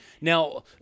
Now